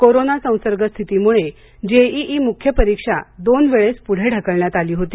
corona संसर्गस्थितीमुळे JEE म्ख्य परीक्षा दोन वेळेस प्रढे ढकलण्यात आली होती